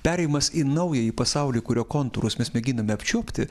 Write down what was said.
perėjimas į naująjį pasaulį kurio kontūrus mes mėginame apčiuopti